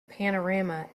panorama